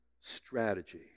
strategy